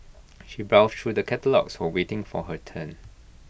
she browsed through the catalogues while waiting for her turn